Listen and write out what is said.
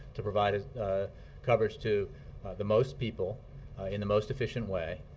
to provide ah coverage to the most people in the most efficient way,